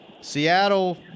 Seattle